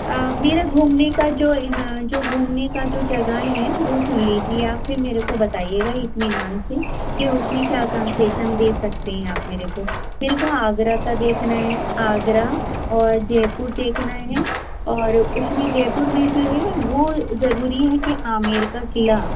میرا گھومنے کا جو ہاں جو گھومنے کا جو جگہیں ہیں وہ سن لیجیے آپ پھر میرے کو بتائیے گا اطمینان سے کہ اس میں کیا کنسیشن دے سکتے ہیں آپ میرے کو میرے کو آگرہ کا دیکھنا ہے آگرہ اور جے پور دیکھنا ہے اور اس میں جے پور میں جو ہے وہ ضروری ہے کہ عامر کا قلعہ